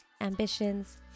ambitions